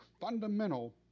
fundamental